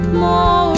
more